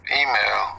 email